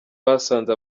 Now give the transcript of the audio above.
basanze